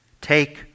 Take